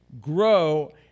grow